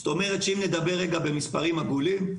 זאת אומרת שאם נדבר במספרים עגולים,